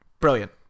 Brilliant